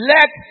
Let